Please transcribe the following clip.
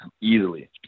easily